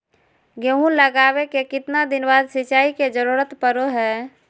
गेहूं लगावे के कितना दिन बाद सिंचाई के जरूरत पड़ो है?